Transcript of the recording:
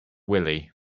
willi